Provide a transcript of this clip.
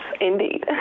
indeed